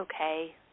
okay